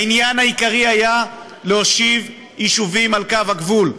העניין העיקרי היה להושיב יישובים על קו הגבול,